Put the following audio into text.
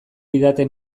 didate